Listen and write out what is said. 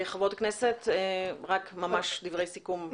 חברות הכנסת, דברי סיכום.